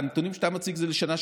הנתונים שאתה מציג הם של השנה שעברה.